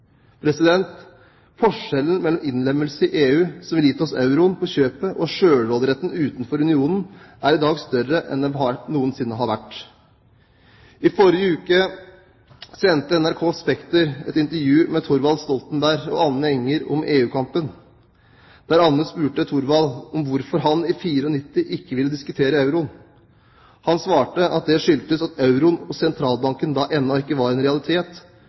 Forskjellen mellom innlemmelse i EU, som ville gitt oss euroen på kjøpet, og selvråderetten utenfor unionen er i dag større enn den noensinne har vært. I forrige uke sendte NRK Spekter et intervju med Thorvald Stoltenberg og Anne Enger om EU-kampen, der Anne spurte Thorvald om hvorfor han i 1994 ikke ville diskutere euroen. Han svarte at det skyldtes at euroen og Den europeiske sentralbank da ennå ikke var en realitet,